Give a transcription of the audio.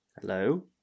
Hello